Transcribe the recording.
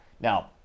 Now